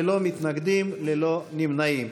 ללא מתנגדים וללא נמנעים.